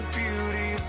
beauty